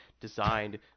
designed